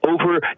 over